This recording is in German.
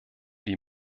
die